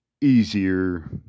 easier